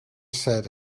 said